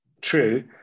true